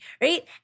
Right